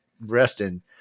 Resting